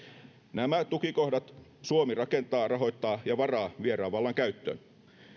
nämä tukikohdat suomi rakentaa rahoittaa ja varaa vieraan vallan käyttöön